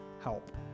Help